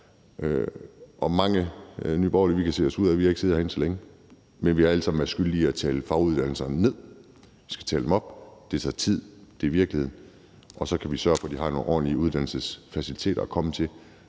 Nye Borgerlige har ikke siddet herinde så længe, men vi har alle sammen været skyldige i at tale faguddannelserne ned. Vi skal tale dem op. Det tager tid, det er virkeligheden. Og så kan vi sørge for, at de har nogle ordentlige uddannelsesfaciliteter at komme til